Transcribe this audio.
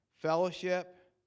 fellowship